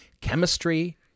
chemistry